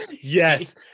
Yes